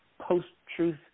post-truth